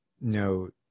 no